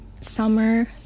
summer